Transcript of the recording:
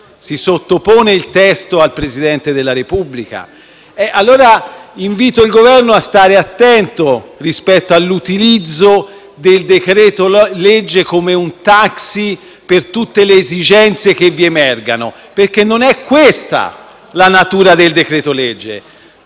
si sottopone il testo al Presidente della Repubblica. Invito, allora, il Governo a stare attento rispetto all'utilizzo del decreto-legge come un taxi per tutte le esigenze che emergano, perché non è questa la natura del decreto-legge.